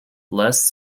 less